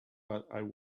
but